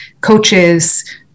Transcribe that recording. coaches